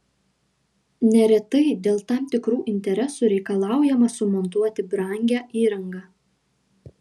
neretai dėl tam tikrų interesų reikalaujama sumontuoti brangią įrangą